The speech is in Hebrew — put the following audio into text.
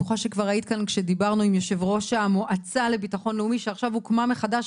כיושבת-ראש הוועדה לקידום מעמד האישה,